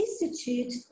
institute